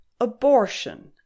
Abortion